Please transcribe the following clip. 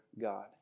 God